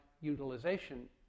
utilization